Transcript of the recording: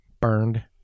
burned